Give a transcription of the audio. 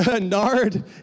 nard